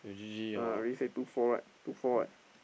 ah already say two four right two four right